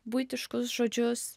buitiškus žodžius